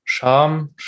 Scham